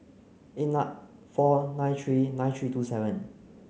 eight nut four nine three nine three two seven